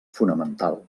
fonamental